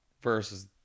versus